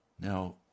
Now